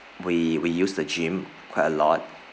we we use the gym quite a lot